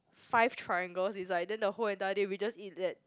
five triangles it's like then the whole entire day we just eat that